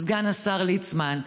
סגן השר ליצמן,